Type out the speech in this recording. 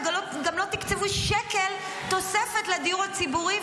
גם לא תקצבו שקל תוספת לדיור הציבורי,